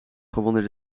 gewonnen